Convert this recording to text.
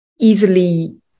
easily